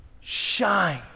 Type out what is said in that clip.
shine